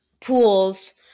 pools